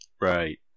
Right